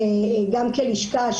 גם כלשכה,